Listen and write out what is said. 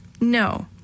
no